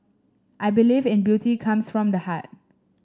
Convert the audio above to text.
I believe in beauty comes from the heart